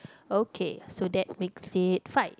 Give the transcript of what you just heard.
okay so that makes it five